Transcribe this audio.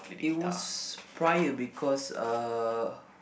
it was prior because uh